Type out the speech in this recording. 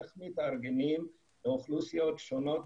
איך מתארגנים באוכלוסיות שונות,